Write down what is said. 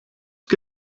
que